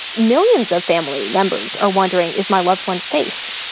millions of family members are wondering, is my loved one safe?